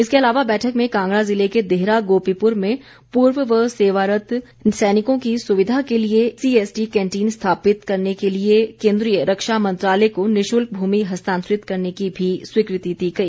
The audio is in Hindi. इसके अलावा बैठक में कांगड़ा जिले के देहरा गोपीपुर में पूर्व व सेवारत्त सैनिकों की सुविधा के लिए ईसीएचएस पॉलिक्लिनिक और सीएसडी कैंटीन स्थापित करने के लिए केंद्रीय रक्षा मंत्रालय को निशुल्क भूमि हस्तांतरित करने की भी स्वीकृति दी गई